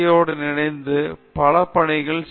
ஓ டன் இணைந்து பல பணிகள் செய்கிறோம்